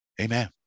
Amen